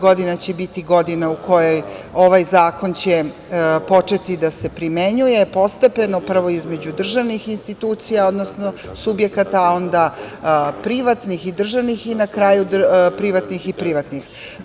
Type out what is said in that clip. Godina 2022. će biti godina u kojoj će ovaj zakon početi da se primenjuje postepeno, prvo između državnih institucija, odnosno subjekata, a onda privatnih i državnih i na kraju privatnih i privatnih.